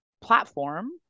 platform